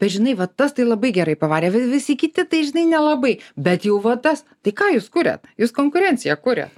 bet žinai va tas tai labai gerai pavarė visi kiti tai žinai nelabai bet jau va tas tai ką jūs kuriat jūs konkurenciją kuriat